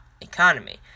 economy